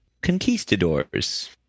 conquistadors